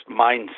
Mindset